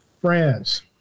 France